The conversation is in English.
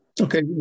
okay